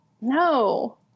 No